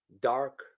dark